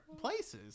places